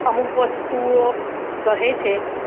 અમુક વસ્તુઓ કહે છે